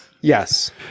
Yes